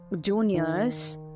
juniors